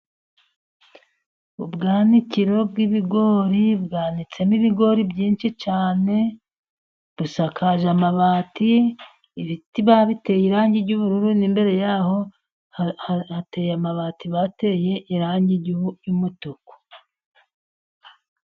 Ubwanikiro bw'ibigori bwanitsemo ibigori byinshi cyane, busakaje amabati ibiti babiteye irangi ry'ubururu, n'imbere yaho hateye amabati bateye irangi ry'umutuku.